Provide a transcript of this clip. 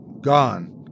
gone